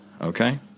Okay